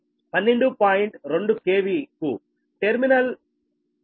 2 KV కు